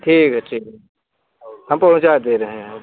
ठीक है ठीक है हम पहुँचा दे रहे हैं